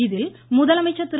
இதில் முதலமைச்சர் திரு